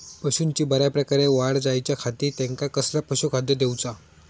पशूंची बऱ्या प्रकारे वाढ जायच्या खाती त्यांका कसला पशुखाद्य दिऊचा?